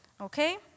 Okay